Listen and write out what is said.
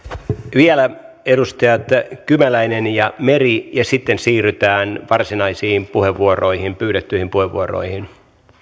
vielä edustajat kymäläinen ja meri ja sitten siirrytään varsinaisiin pyydettyihin puheenvuoroihin